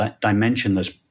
dimensionless